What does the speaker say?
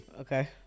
Okay